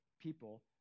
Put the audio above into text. people